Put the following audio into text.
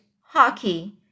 Hockey